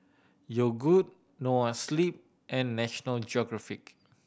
Yogood Noa Sleep and National Geographic